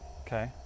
Okay